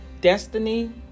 Destiny